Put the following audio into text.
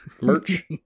merch